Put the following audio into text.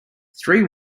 three